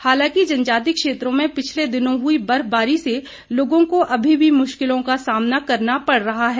हालांकि जनजातीय क्षेत्रों में पिछले दिनों हुई बर्फबारी से लोगों को अभी भी मुश्किलों का सामना करना पड़ रहा है